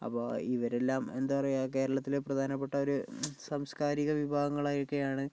ഇപ്പോൾ ഇവരെല്ലാം എന്താ പറയുക കേരളത്തിലെ പ്രധാനപ്പെട്ട ഒരു സാംസ്കാരിക വിഭാഗങ്ങളൊക്കെയാണ്